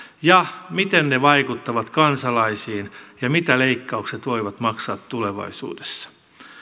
ja miten ne vaikuttavat kansalaisiin ja mitä leikkaukset voivat maksaa tulevaisuudessa